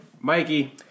Mikey